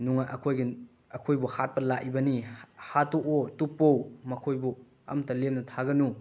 ꯑꯩꯈꯣꯏꯕꯨ ꯍꯥꯠꯄ ꯂꯥꯛꯏꯕꯅꯤ ꯍꯥꯠꯇꯣꯛꯑꯣ ꯇꯨꯞꯄꯣ ꯃꯈꯣꯏꯕꯨ ꯑꯃꯇ ꯂꯦꯝꯅ ꯊꯥꯒꯅꯨ